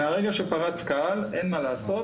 מהרגע שפרץ קהל, אין מה לעשות.